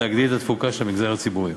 להגדיל את התפוקה של המגזר הציבורי.